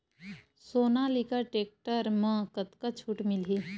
Sonalika tractor म कतका छूट मिलही?